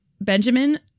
Benjamin